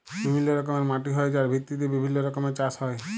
বিভিল্য রকমের মাটি হ্যয় যার ভিত্তিতে বিভিল্য রকমের চাস হ্য়য়